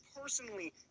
personally